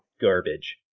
garbage